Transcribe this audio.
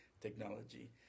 technology